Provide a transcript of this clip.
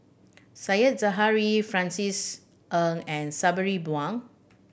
Said Zahari Francis Ng and Sabri Buang